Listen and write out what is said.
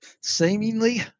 seemingly